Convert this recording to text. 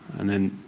and then